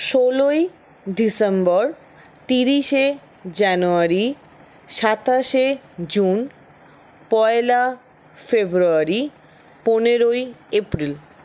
ষোলোই ডিসেম্বর তিরিশে জানুয়ারি সাতাশে জুন পয়লা ফেব্রুয়ারি পনেরোই এপ্রিল